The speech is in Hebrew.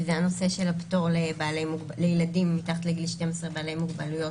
שזה הנושא של הפטור לילדים מתחת לגיל 12 בעלי מוגבלויות,